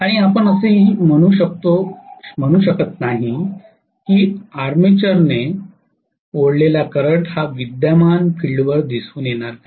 आणि आपण असेही म्हणू शकत नाही की आर्मेचरने ओढलेला करंट हा विद्यमान फील्डवर दिसून येणार नाही